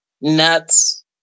nuts